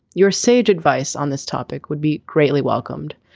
your sage advice on this topic would be greatly welcomed.